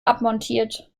abmontiert